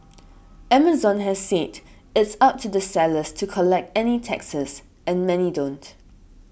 Amazon has said it's up to the sellers to collect any taxes and many don't